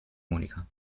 monika